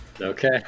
Okay